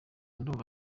numva